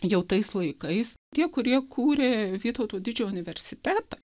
jau tais laikais tie kurie kūrė vytauto didžiojo universitetą